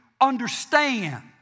understand